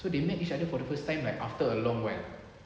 so they met each other for the first time like after a long while